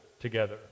together